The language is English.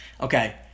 Okay